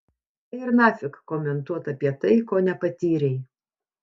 tai ir nafik komentuot apie tai ko nepatyrei